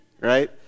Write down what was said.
right